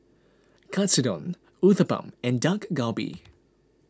Katsudon Uthapam and Dak Galbi